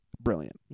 Brilliant